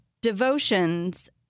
devotions